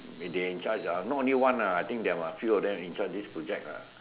they in charge ah not only one ah I think they about a few of them in charge this project ah